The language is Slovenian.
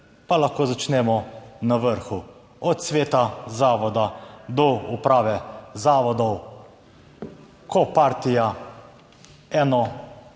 pa lahko začnemo na vrhu, od sveta zavoda do uprave zavodov, ko partija eno